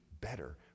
better